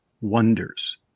wonders